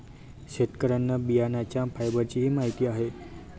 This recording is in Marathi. शेतकऱ्यांना बियाण्यांच्या फायबरचीही माहिती आहे